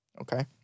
Okay